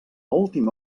última